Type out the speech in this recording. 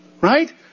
right